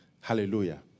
Hallelujah